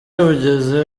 bugeze